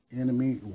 enemy